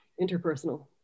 interpersonal